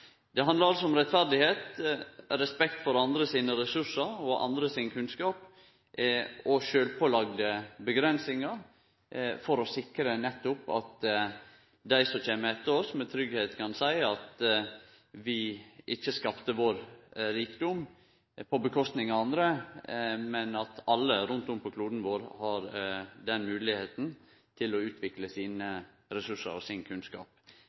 Det handlar altså om rettferd, respekt for andre sine ressursar og andre sin kunnskap, og sjølvpålagde avgrensingar for å sikre nettopp at dei som kjem etter oss, med tryggleik kan seie at vi ikkje skapte vår rikdom på kostnad av andre, og at alle, rundt omkring på kloden vår, har moglegheit til å utvikle sine ressursar – og sin kunnskap